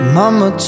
mama